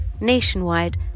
Nationwide